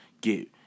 Get